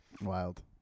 Wild